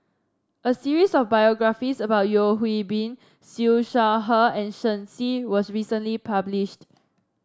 a series of biographies about Yeo Hwee Bin Siew Shaw Her and Shen Xi was recently published